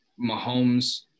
Mahomes